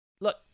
look